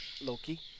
Loki